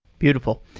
beautiful.